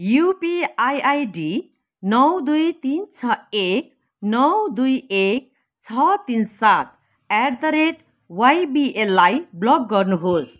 UPI ID नौ दुई तिन छ एक नौ दुई एक छ तिन सात एट द रेट वाइबिएललाई ब्लक गर्नुहोस्